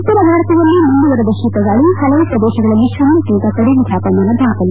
ಉತ್ತರ ಭಾರತದಲ್ಲಿ ಮುಂದುವರೆದ ಶೀತಗಾಳಿ ಹಲವು ಪ್ರದೇಶಗಳಲ್ಲಿ ಶೂನ್ವಕ್ಕಿಂತ ಕಡಿಮೆ ತಾಪಮಾನ ದಾಖಲು